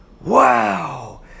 Wow